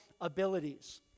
abilities